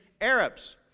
Arabs